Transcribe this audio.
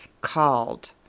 called